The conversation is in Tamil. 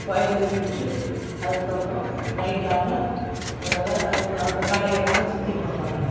கோயிலுக்குப் போயிட்டு அதுக்கு அப்புறம் நைட்டு ஆனால் அதனால் அந்த கடையெல்லாம் சுற்றி பார்ப்பாங்க